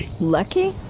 Lucky